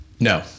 No